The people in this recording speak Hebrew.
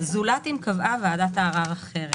זולת אם קבעה ועדת הערר אחרת.